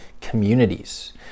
communities